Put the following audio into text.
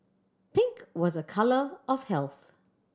pink was a colour of health